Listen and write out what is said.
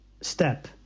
step